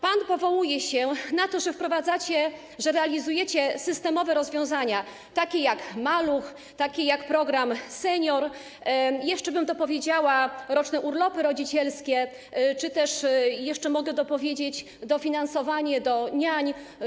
Pan powołuje się na to, że wprowadzacie, że realizujecie systemowe rozwiązania, takie jak: maluch, program „Senior+”, a jeszcze bym dopowiedziała, że roczne urlopy rodzicielskie, czy też jeszcze mogę dopowiedzieć: dofinansowanie do niań.